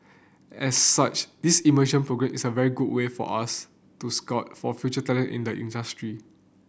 as such this immersion programme is a very good way for us to scout for future talent in the industry